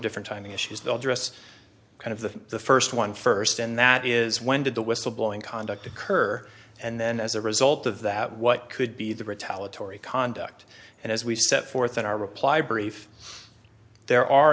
different timing issues they'll dress kind of the the first one first and that is when did the whistleblowing conduct occur and then as a result of that what could be the retaliatory conduct and as we set forth in our reply brief there are